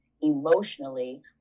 emotionally